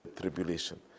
Tribulation